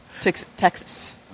Texas